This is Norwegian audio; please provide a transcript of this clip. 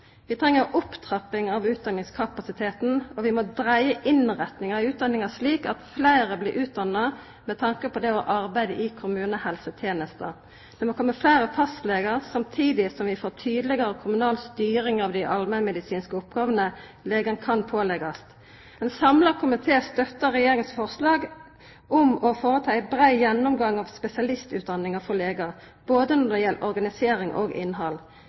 Vi treng ei opptrapping av utdanningskapasiteten. Vi må dreia innretninga i utdanninga slik at fleire blir utdanna med tanke på det å arbeida i kommunehelsetenesta. Det må koma fleire fastlegar, samtidig som vi får tydelegare kommunal styring av dei allmennmedisinske oppgåvene legen kan påleggjast. Ein samla komité støttar Regjeringa sitt forslag om å føreta ein brei gjennomgang av spesialistutdanninga for legar, både når det gjeld organisering og innhald.